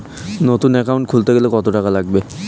নতুন একাউন্ট খুলতে গেলে কত টাকা লাগবে?